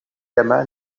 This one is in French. gamma